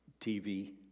TV